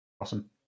awesome